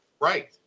right